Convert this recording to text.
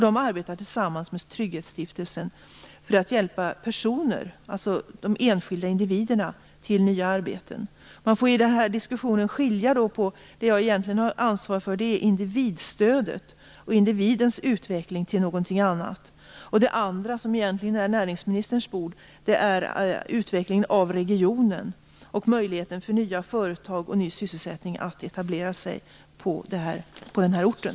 De arbetar tillsammans med Trygghetsstiftelsen för att hjälpa personer, dvs. de enskilda individerna, till nya arbeten. Man får i den här diskussionen skilja på två saker. Det jag egentligen har ansvar för är individstödet och individens utveckling till någonting annat. Det andra, som egentligen är näringsministerns bord, är utvecklingen av regionen och möjligheten för nya företag och ny sysselsättning att etablera sig på orten.